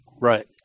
Right